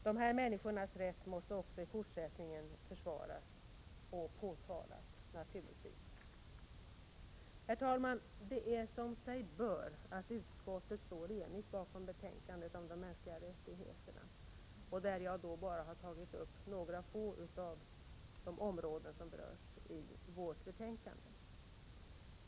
Dessa människors rätt måste naturligtvis också i fortsättningen försvaras. Herr talman! Det är som sig bör att utskottet står enigt bakom betänkandet om de mänskliga rättigheterna, och jag har bara tagit upp några få av de områden som berörs i vårt betänkande.